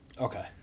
Okay